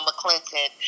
McClinton